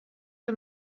que